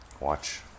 Watch